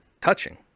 touching